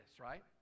right